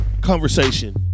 conversation